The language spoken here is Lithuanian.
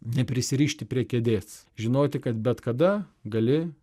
neprisirišti prie kėdės žinoti kad bet kada gali